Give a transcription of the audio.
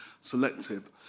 selective